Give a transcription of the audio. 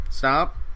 Stop